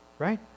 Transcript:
Right